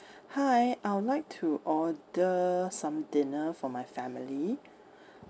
hi I would like to order some dinner for my family